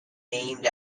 named